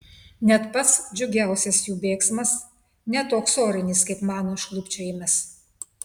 net pats džiugiausias jų bėgsmas ne toks orinis kaip mano šlubčiojimas